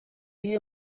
die